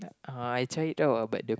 I tried it out but the